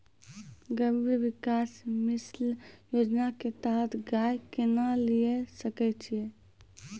गव्य विकास मिसन योजना के तहत गाय केना लिये सकय छियै?